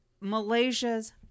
Malaysia's